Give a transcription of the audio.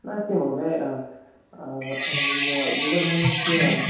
नास्ति महोदय व्यवधानस्य